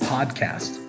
Podcast